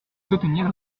soutenir